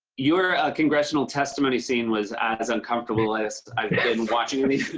your congressional testimony scene was as uncomfortable as i've been watching in a